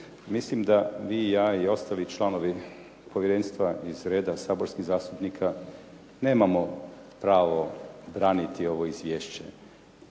mislim da vi, ja i ostali članovi povjerenstva iz reda saborskih zastupnika nemamo pravo braniti ovo izvješće.